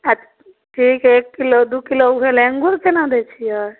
अच्छा ठीक एक किलो दुइ किलो ओ होलै अङ्गूर कोना दै छिए